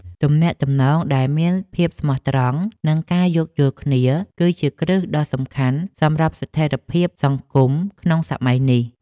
ទំនាក់ទំនងដែលមានភាពស្មោះត្រង់ និងការយោគយល់គ្នាគឺជាគ្រឹះដ៏សំខាន់សម្រាប់ស្ថិរភាពសង្គមក្នុងសម័យនេះ។